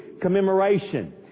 commemoration